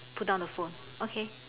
put down the phone okay